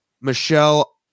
Michelle